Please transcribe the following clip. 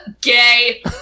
Gay